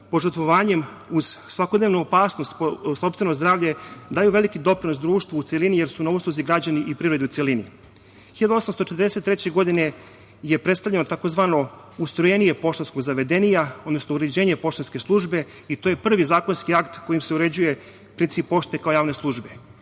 požrtvovanjem, uz svakodnevnu opasnost po sopstveno zdravlje, daju veliki doprinos društvu u celini, jer su na usluzi građanima i privredi u celini. Godine 1843. je predstavljeno tzv. Ustrojenije poštanskog zavedenija, odnosno uređenje poštanske službe, i to je prvi zakonski akt kojim se uređuje princip pošte kao javne službe.